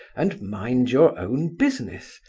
and mind your own business.